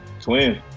Twin